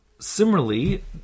Similarly